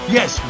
Yes